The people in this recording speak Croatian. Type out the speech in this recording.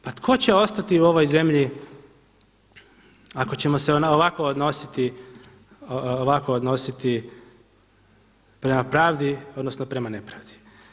Pa tko će ostati u ovoj zemlji ako ćemo se ovako odnositi prema pravdi odnosno prema nepravdi.